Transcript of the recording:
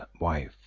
wife